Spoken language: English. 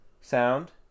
sound